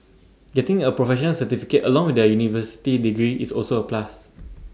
getting A professional certificate along with their university degree is also A plus